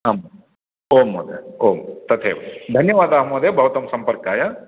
आम् आम् महोदय आम् तथैव धन्यवादः महोदय भवतां संपर्काय